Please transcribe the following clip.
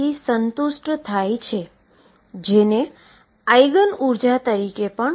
તેથી 12m2x2xℏω2x12m2x2ψ મળે છે અને હું આ 2 પદને દુર કરું છું